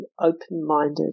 open-minded